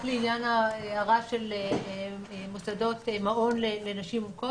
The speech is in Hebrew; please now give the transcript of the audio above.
רק לעניין ההערה של מעון לנשים מוכות,